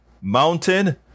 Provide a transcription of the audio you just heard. Mountain